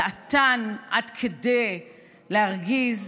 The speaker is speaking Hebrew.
דעתן עד כדי להרגיז,